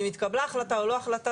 אם התקבלה החלטה או לא התקבלה החלטה,